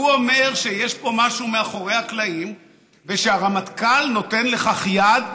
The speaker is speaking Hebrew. הוא אומר שיש פה משהו מאחורי הקלעים ושהרמטכ"ל נותן לכך יד,